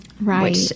Right